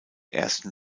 ersten